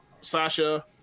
Sasha